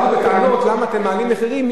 הרי באו בטענות: למה אתם מעלים מחירים,